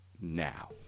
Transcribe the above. now